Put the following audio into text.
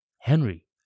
Henry